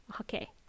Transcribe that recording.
okay